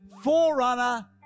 forerunner